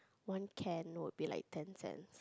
one can would be like ten cents